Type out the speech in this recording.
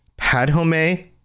Padhome